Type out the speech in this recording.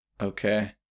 Okay